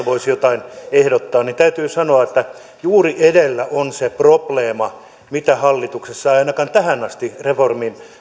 voisi jotain ehdottaa niin täytyy sanoa että juuri edellä on se probleema mitä hallituksessa ei ainakaan tähän asti